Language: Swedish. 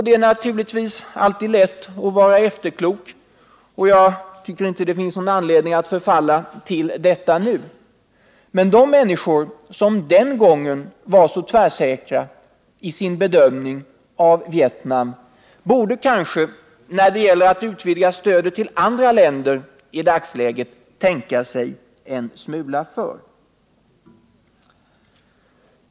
Det är naturligtvis alltid lätt att vara efterklok — och jag tycker inte att det finns någon anledning att förfalla till detta nu — men de människor som den gången var så tvärsäkra i sin bedömning av Vietnam borde kanske när det gäller att utvidga stödet till andra länder i dagsläget tänka sig för en smula.